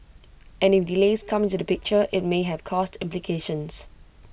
and if delays come into the picture IT may have cost implications